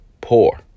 Poor